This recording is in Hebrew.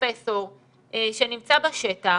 פרופסור שנמצא בשטח,